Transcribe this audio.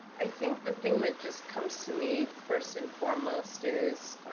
i think the thing that just comes to me first and foremost is.